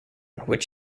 which